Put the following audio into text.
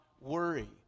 worry